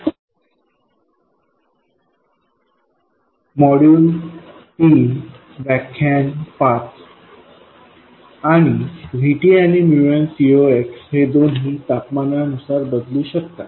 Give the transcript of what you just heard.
आणि VTआणि nCoxहे दोन्ही तापमानानुसार बदलू शकतात